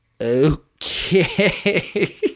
okay